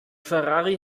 ferrari